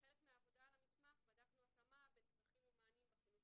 כחלק מהעבודה על המסמך בדקנו התאמה בין צרכים ומענים בחינוך